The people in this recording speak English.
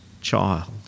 child